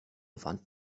wand